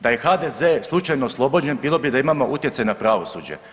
Da je HDZ-e slučajno oslobođen bilo bi da imamo utjecaj na pravosuđe.